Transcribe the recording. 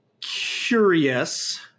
curious